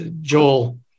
Joel